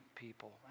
people